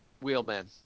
Wheelman